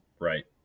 Right